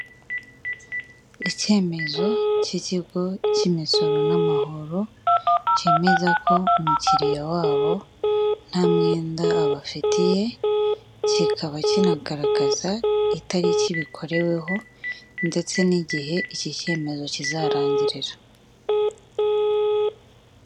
icyemezo cy'ikigo cy'imisoro n'amahoro cyemeza ko umukiliya wabo ntamwenda abafitiye, kikaba kinagaragaza itariki bikoreweho ndetse n'igihe iki cyemezo kizarangirira.